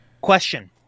Question